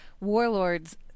Warlords